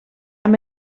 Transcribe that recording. amb